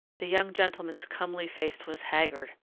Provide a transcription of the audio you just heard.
the young gentleman's comely face was haggard.